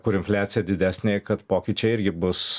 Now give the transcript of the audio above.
kur infliacija didesnė kad pokyčiai irgi bus